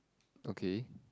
okay